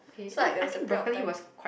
so like there was a period of time